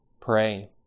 Pray